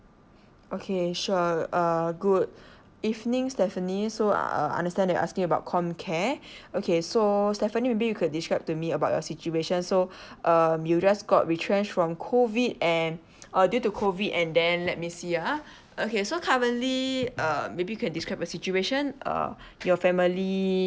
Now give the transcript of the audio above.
okay sure err good evening Stephanie so uh understand you're asking about comcare okay so Stephanie maybe you could describe to me about your situation so um you just got retrenched from COVID and uh due to COVID and then let me see ah okay so currently uh maybe you can describe the situation uh your family